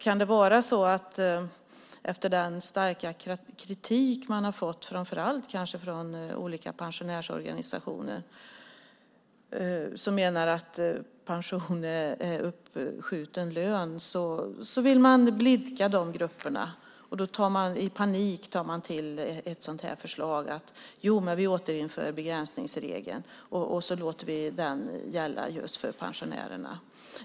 Kan det vara så att man efter den starka kritik man fått, framför allt från olika pensionärsorganisationer som menar att pension är uppskjuten lön, vill blidka dessa grupper och därför i panik tar till ett sådant här förslag och säger att vi återinför begränsningsregeln och så låter vi den gälla just för pensionärerna?